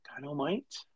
Dynamite